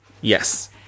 Yes